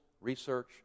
research